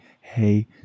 hey